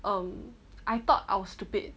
um I thought I was stupid